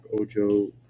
Ojo